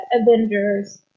Avengers